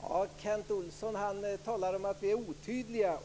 Fru talman! Kent Olsson talar om att vi är otydliga.